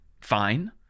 fine